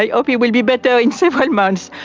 i hope it will be better in several months.